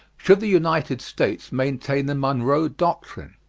should the united states maintain the monroe doctrine?